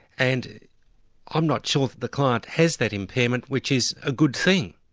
and i'm not sure that the client has that impairment, which is a good thing.